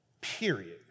Period